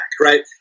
right